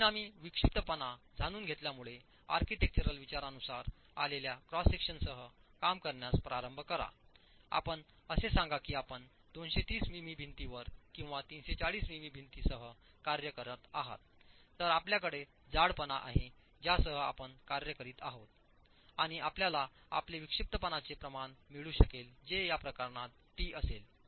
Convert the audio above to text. परिणामी विक्षिप्तपणा जाणून घेतल्यामुळे आर्किटेक्चरल विचारांनुसार आलेल्या क्रॉस सेक्शनसह काम करण्यास प्रारंभ करा आपण असे सांगा की आपण 230 मिमी भिंतीवर किंवा 340 मिमी भिंतीसह कार्य करत आहात तर आपल्याकडे जाडपणा आहे ज्यासह आपण कार्य करीत आहात आणि आपल्याला आपले विक्षिप्तपणाचे प्रमाण मिळू शकेल जे या प्रकरणात टी असेल